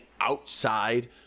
outside